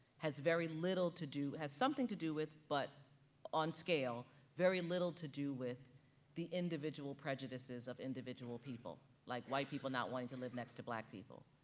has very little to do, has something to do with, but on scale, very little to do with the individual prejudices of individual people, like white people not wanting to live next to black people.